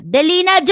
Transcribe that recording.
Delina